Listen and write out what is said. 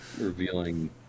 revealing